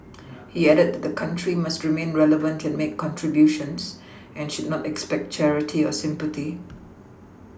he added that the country must remain relevant and make contributions and should not expect charity or sympathy